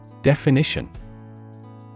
Definition